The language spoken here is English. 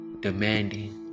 demanding